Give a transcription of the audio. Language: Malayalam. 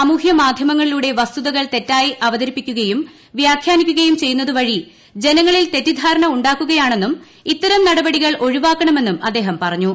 സാമൂഹ്യ മാധ്യമങ്ങളിലൂടെ വസ്തുതകൾ തെറ്റായി അവതരിപ്പിക്കുകയും വ്യാഖ്യാനിക്കുകയും ചെയ്യുന്നതുവഴി ജനങ്ങളിൽ തെറ്റിദ്ധാരണ ഉണ്ടാക്കുകയാണെന്നും ഇത്തരം നടപടികൾ ഒഴിവാക്കണമെന്നും അദ്ദേഹം പറഞ്ഞു